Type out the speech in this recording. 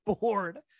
bored